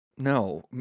No